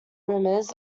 rumors